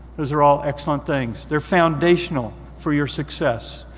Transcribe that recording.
those are all excellent things. they're foundational for your success.